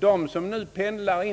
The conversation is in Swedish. De som pendlar —